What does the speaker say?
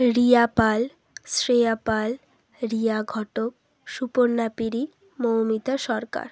Riya Pal Shreya Pal Riya Ghatak Suparna Piri Moumita Sarkar